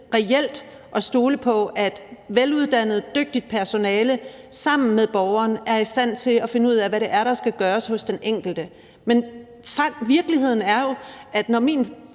reelt at stole på, at et veluddannet, dygtigt personale sammen med borgeren er i stand til at finde ud af, hvad det er, der skal gøres hos den enkelte. Men virkeligheden var jo, at når min